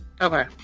Okay